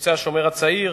קיבוצי "השומר הצעיר",